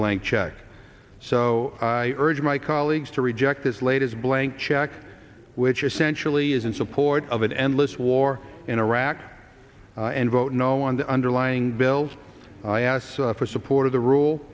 blank check so i urge my colleagues to reject this latest blank check which essentially is in support of endless war in iraq and vote no on the underlying bills i ask for support of the rule